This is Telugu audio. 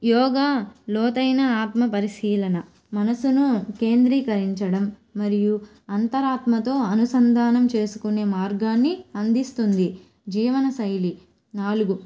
యోగా లోతైన ఆత్మపరిశీలన మనసును కేంద్రీకరించడం మరియు అంతరాత్మతో అనుసంధానం చేసుకునే మార్గాన్ని అందిస్తుంది జీవన శైలి నాలుగు